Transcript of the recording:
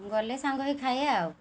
ଗଲେ ସାଙ୍ଗ ହେଇ ଖାଇବା ଆଉ